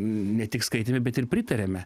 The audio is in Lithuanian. ne tik skaitėme bet ir pritariame